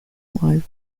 lived